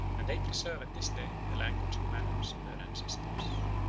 and they preserve at this day the language and manners of their ancestors.